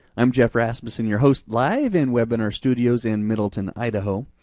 i'm geoff rasmussen, your host live in webinar studios in middleton, idaho.